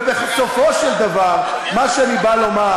ובסופו של דבר, מה שאני בא לומר,